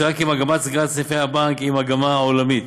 יצוין כי מגמת סגירת סניפי הבנק היא מגמה עולמית,